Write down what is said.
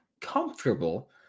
comfortable